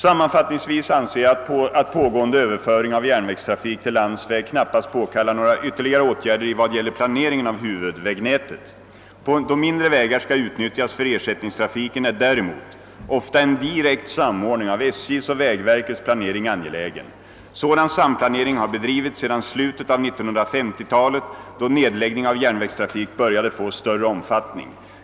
Sammanfattningsvis' anser jag att pågående överföring av järnvägstrafik till landsväg knappast påkallar några ytterligare åtgärder i vad gäller planeringen av huvudvägnätet. Då mindre vägar skall utnyttjas för ersättningstrafiken är däremot ofta en direkt samordning av SJ:s och vägverkets planering angelägen. Sådan samplanering har bedrivits sedan slutet av 1950-talet, då nedläggning av järnvägstrafik började få större omfattning.